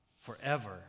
forever